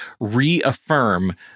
reaffirm